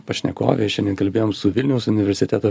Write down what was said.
pašnekovei šiandien kalbėjom su vilniaus universiteto